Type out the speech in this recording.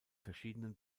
verschiedenen